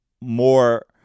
more